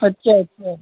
अच्छा अच्छा